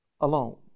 alone